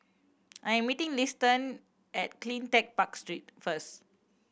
I am meeting Liston at Cleantech Park Street first